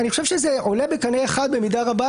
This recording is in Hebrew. אני חושב שזה עולה בקנה אחד במידה רבה